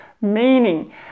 meaning